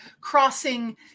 crossing